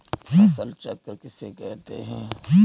फसल चक्र किसे कहते हैं?